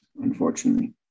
unfortunately